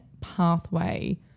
pathway